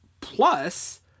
Plus